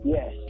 Yes